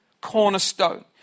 cornerstone